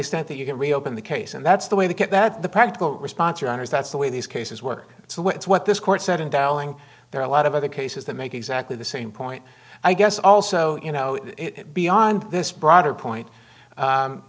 extent that you can reopen the case and that's the way to get that the practical response around as that's the way these cases work so what's what this court said in dowling there are a lot of other cases that make exactly the same point i guess also you know beyond this broader point